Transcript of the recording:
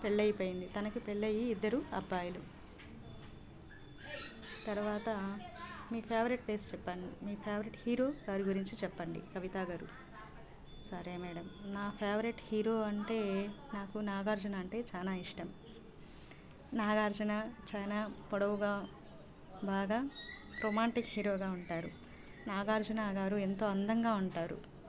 పెళ్ళి అయిపోయింది తనకి పెళ్లి అయ్యి ఇద్దరు అబ్బాయిలు తర్వాత మీ ఫేవరెట్ ప్లేస్ చెప్పండి మీ ఫేవరెట్ హీరో దాని గురించి చెప్పండి కవిత గారు సరే మేడం నా ఫేవరెట్ హీరో అంటే నాకు నాగార్జున అంటే చాలా ఇష్టం నాగార్జున చాలా పొడవుగా బాగా రొమాంటిక్ హీరోగా ఉంటారు నాగార్జున గారు ఎంతో అందంగా ఉంటారు